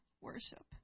Worship